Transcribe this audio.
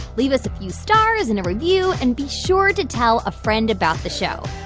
leave us a few stars and a review and be sure to tell a friend about the show.